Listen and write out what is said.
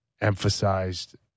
emphasized